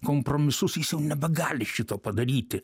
kompromisus jis jau nebegali šito padaryti